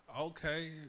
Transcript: okay